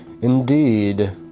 Indeed